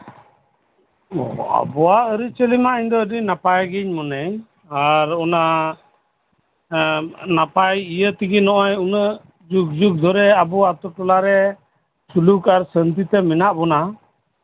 ᱟᱵᱚᱣᱟᱜ ᱟᱹᱨᱤᱪᱟᱹᱞᱤ ᱢᱟ ᱤᱧ ᱫᱚ ᱱᱟᱯᱟᱭ ᱜᱤᱧ ᱢᱚᱱᱮᱭ ᱟᱨ ᱚᱱᱟ ᱱᱟᱯᱟᱭ ᱤᱭᱟᱹ ᱛᱮᱜᱮ ᱱᱚᱜ ᱚᱭ ᱡᱩᱜ ᱡᱩᱜ ᱫᱷᱚᱨᱮ ᱟᱵᱚᱣᱟᱜ ᱟᱹᱛᱩ ᱴᱚᱞᱟᱨᱮ ᱥᱩᱞᱩᱠ ᱟᱨ ᱥᱟᱱᱛᱤ ᱛᱮ ᱢᱮᱱᱟᱜ ᱵᱚᱱᱟ